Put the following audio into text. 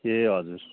ए हजुर